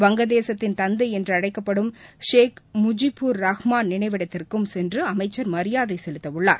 வங்கதேசத்தின் தந்தை என்று அழைக்கப்படும் ஷேக் முஜிபூர் ரஹ்மான் நினைவிடத்திற்கும் சென்று அமைச்சர் மரியாதை செலுத்தவுள்ளார்